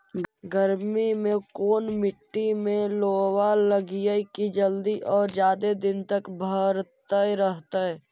गर्मी में कोन मट्टी में लोबा लगियै कि जल्दी और जादे दिन तक भरतै रहतै?